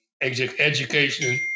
education